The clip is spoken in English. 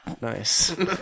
Nice